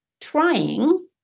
trying